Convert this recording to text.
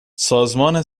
سازمان